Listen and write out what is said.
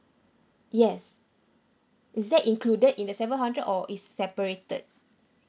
yes is that included in the seven hundred or is separated